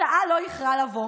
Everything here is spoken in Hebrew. התוצאה לא איחרה לבוא.